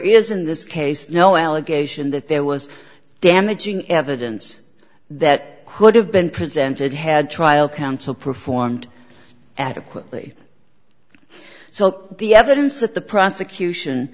in this case no allegation that there was damaging evidence that could have been presented had trial counsel performed adequately so the evidence that the prosecution